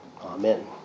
Amen